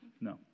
No